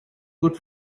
good